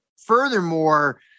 furthermore